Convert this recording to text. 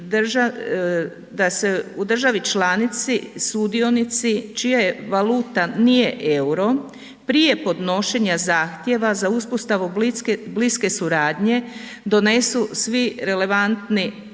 da se u državi članici sudionici čija je valuta nije EUR-o prije podnošenja zahtjeva za uspostavu bliske suradnje donesu svi relevantni